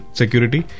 security